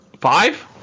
Five